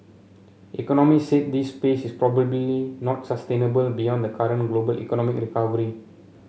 economist said this pace is probably not sustainable beyond the current global economic recovery